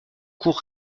cour